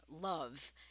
love